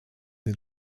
den